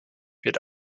wird